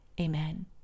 amen